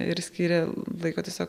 ir skyrė laiko tiesiog